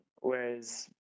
Whereas